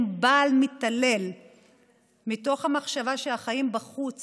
בעל מתעלל מתוך המחשבה על החיים בחוץ